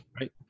right